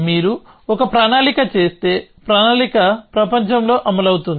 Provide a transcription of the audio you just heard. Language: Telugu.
మీరు ఒక ప్రణాళిక చేస్తే ప్రణాళిక ప్రపంచంలో అమలు అవుతుంది